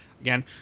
Again